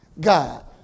God